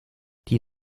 die